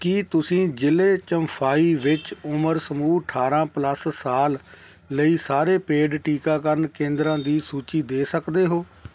ਕੀ ਤੁਸੀਂ ਜ਼ਿਲ੍ਹੇ ਚੰਫਾਈ ਵਿੱਚ ਉਮਰ ਸਮੂਹ ਅਠਾਰ੍ਹਾਂ ਪਲੱਸ ਸਾਲ ਲਈ ਸਾਰੇ ਪੇਡ ਟੀਕਾਕਰਨ ਕੇਂਦਰਾਂ ਦੀ ਸੂਚੀ ਦੇ ਸਕਦੇ ਹੋ